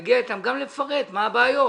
וגם לפרט מה הבעיות.